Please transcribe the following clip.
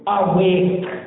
awake